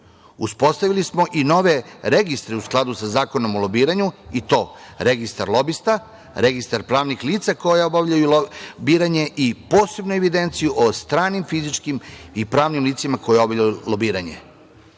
Uspostavili smo i nove registre u skladu sa Zakonom o lobiranju, i to: Registar lobista, Registar pravnih lica koja obavljaju lobiranje i posebnu evidenciju o stranim fizičkim i pravnim licima koja obavljaju lobiranje. Ovom